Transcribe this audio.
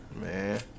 man